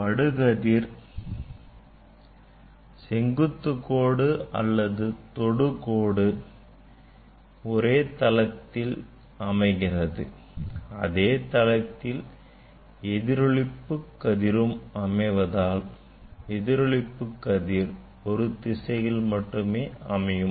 படுகதிர் செங்குத்து கோடு அல்லது தொடு கோடு ஒரே தளத்தில் அமைகிறது அதே தளத்தில் எதிரொளிப்பு கதிரும் அமைவதால் எதிரொளிப்பு கதிர் ஒரு திசையில் மட்டுமே அமையும்